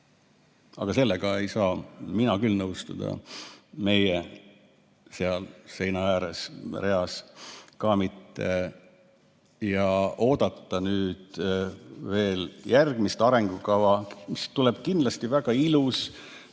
Sellega ei saa mina küll nõustuda, meie kõik seal seinaäärses reas ka mitte. Ja oodata nüüd veel järgmist arengukava, mis tuleb kindlasti väga ilus,